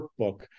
workbook